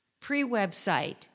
Pre-website